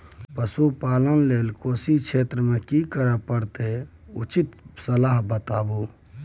पशुपालन लेल कोशी क्षेत्र मे की करब उचित रहत बताबू?